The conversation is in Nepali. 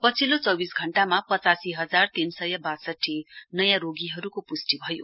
पछिल्लो चौविस घण्टामा पचासी हजार तीन सय वासठी नयाँ रोगीहरूको पुष्टि भयो